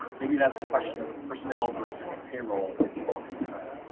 maybe that's a question of personnel versus payroll you all can